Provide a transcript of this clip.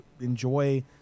enjoy